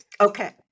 Okay